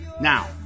Now